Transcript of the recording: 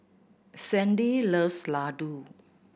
Sandi loves laddu